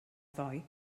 ddoe